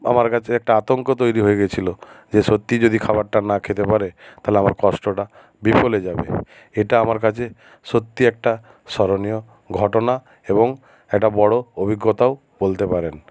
আমার কাছে একটা আতঙ্ক তৈরি হয়ে গেছিলো যে সত্যি যদি খাবারটা না খেতে পারে তাহলে আমার কষ্টটা বিফলে যাবে এটা আমার কাছে সত্যি একটা স্মরণীয় ঘটনা এবং একটা বড়ো অভিজ্ঞতাও বলতে পারেন